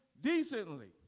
decently